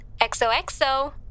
XOXO